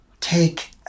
take